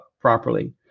properly